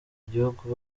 gihugu